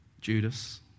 Judas